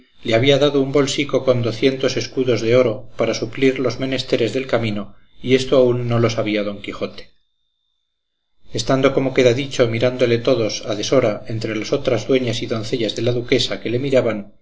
le había dado un bolsico con docientos escudos de oro para suplir los menesteres del camino y esto aún no lo sabía don quijote estando como queda dicho mirándole todos a deshora entre las otras dueñas y doncellas de la duquesa que le miraban